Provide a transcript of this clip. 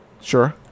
Sure